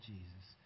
Jesus